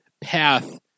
path